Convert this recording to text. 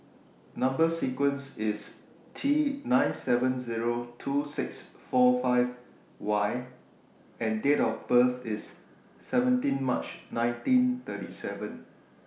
Number sequence IS T nine seven Zero two six four five Y and Date of birth IS seventeen March nineteen thirty seven